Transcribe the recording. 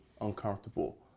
uncomfortable